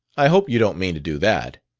i hope you don't mean to do that?